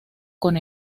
con